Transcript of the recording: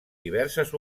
diverses